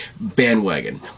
bandwagon